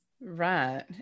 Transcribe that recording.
Right